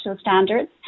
standards